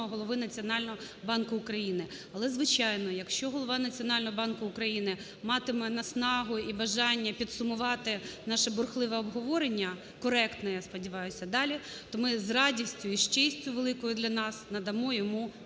Голови Національного банку України. Але, звичайно, якщо Голова Національного банку України матиме наснагу і бажання підсумувати наше бурхливе обговорення, коректне, я сподіваюся, далі, то ми з радістю і з честю великою для нас, надамо йому